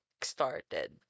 started